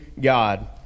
God